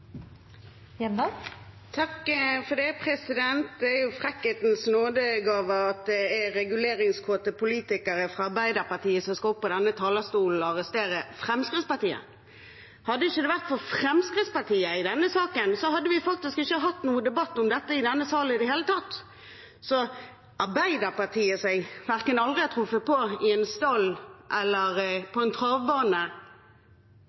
politikere fra Arbeiderpartiet som skal stå oppe på denne talerstolen og arrestere Fremskrittspartiet. Hadde det ikke vært for Fremskrittspartiet i denne saken, hadde vi faktisk ikke hatt noen debatt om dette i denne salen i det hele tatt. Arbeiderpartiet, som jeg aldri har truffet på verken i en stall eller